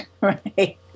Right